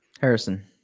Harrison